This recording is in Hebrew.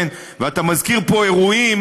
אתה מזכיר פה אירועים